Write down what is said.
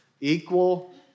equal